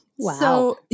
Wow